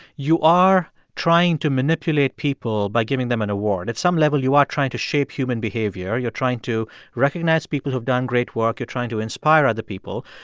you are trying to manipulate people by giving them an award. at some level, you are trying to shape human behavior. you're trying to recognize people who've done great work. you're trying to inspire other people.